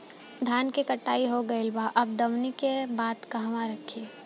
धान के कटाई हो गइल बा अब दवनि के बाद कहवा रखी?